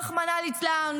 רחמנא ליצלן,